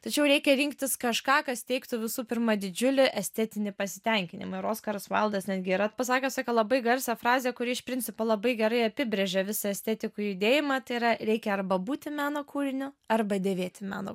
tačiau reikia rinktis kažką kas teiktų visų pirma didžiulį estetinį pasitenkinimą ir oskaras vaildas netgi yra pasakęs tokią labai garsią frazę kuri iš principo labai gerai apibrėžė visą estetikų judėjimą tai yra reikia arba būti meno kūriniu arba dėvėti meno